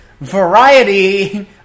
Variety